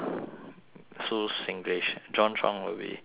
so singlish john tron would be disappointed